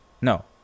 No